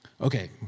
Okay